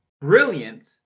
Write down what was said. brilliant